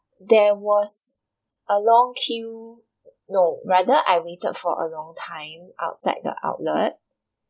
there was a long queue no rather I waited for a long time outside the outlet